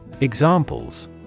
Examples